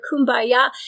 kumbaya